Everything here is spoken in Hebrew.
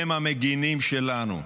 הם המגינים שלנו,